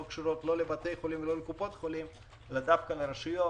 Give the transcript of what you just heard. קשורות לבתי חולים ולקופות חולים אלא דווקא לרשויות,